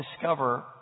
discover